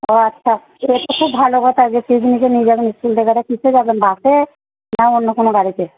ও আচ্ছা সে তো খুব ভালো কথা যে পিকনিকে নিয়ে যাবেন কিন্তু আপনারা কিসে যাবেন বাসে না অন্য কোনো গাড়িতে